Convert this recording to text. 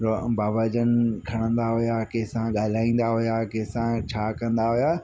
रो बाबा जन खणंदा हुआ कंहिंसां ॻाल्हाईंदा हुआ कंहिंसां छा कंदा हुआ